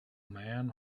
man